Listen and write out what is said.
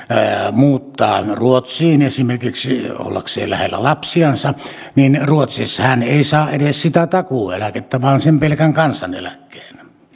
muuttaa ruotsiin esimerkiksi ollakseen lähellä lapsiansa niin ruotsissa hän ei saa edes sitä takuueläkettä vaan sen pelkän kansaneläkkeen